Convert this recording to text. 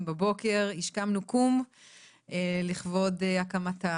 השעה היא 8:50 בבוקר השכמנו קום לכבוד הקמתה